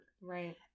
right